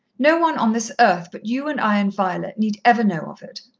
no one on this earth but you and i and violet need ever know of it.